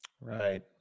Right